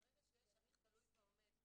ברגע שיש הליך תלוי ועומד,